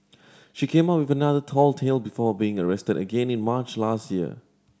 she came up another tall tale before being arrested again in March last year